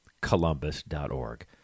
columbus.org